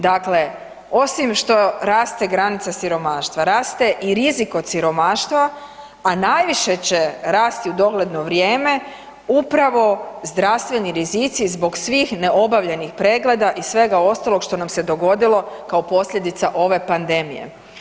Dakle, osim što raste granica siromaštva raste i rizik od siromaštva, a najviše će rasti u dogledno vrijeme upravo zdravstveni rizici zbog svih neobavljenih pregleda i svega ostalog što nam se dogodilo kao posljedica ove pandemije.